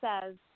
says